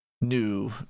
new